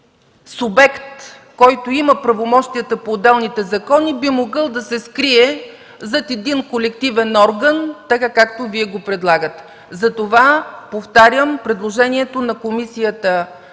субект, който има правомощията по отделните закони, би могъл да се скрие зад един колективен орган, както Вие го предлагате. Затова, повтарям, предложението на комисията